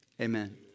amen